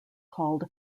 called